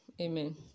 amen